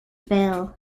bill